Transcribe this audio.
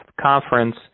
conference